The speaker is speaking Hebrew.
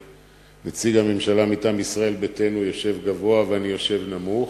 כשנציג הממשלה מטעם ישראל ביתנו יושב גבוה ואני יושב נמוך,